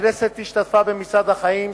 הכנסת השתתפה ב"מצעד החיים".